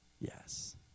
Yes